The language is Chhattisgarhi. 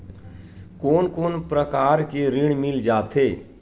कोन कोन प्रकार के ऋण मिल जाथे?